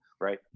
right